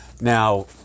Now